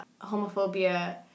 homophobia